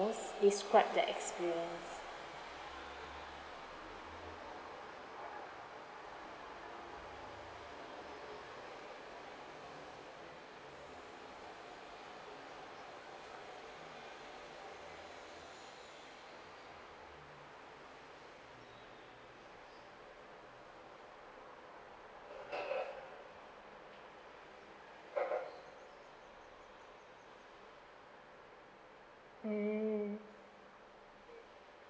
describe the experience mm